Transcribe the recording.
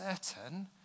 certain